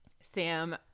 sam